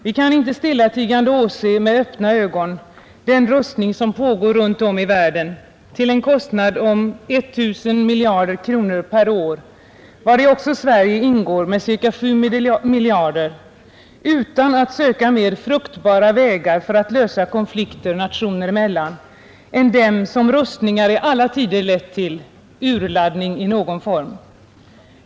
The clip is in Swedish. Vi kan inte stillatigande åse med öppna ögon den rustning som pågår runt om i världen — till en kostnad om 1 000 miljarder kronor per år, vari också Sverige ingår med ca 7 miljarder — utan att söka mer fruktbara vägar för att lösa konflikter nationer emellan än den som rustningar i alla tider lett till: urladdning i någon form.